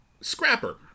Scrapper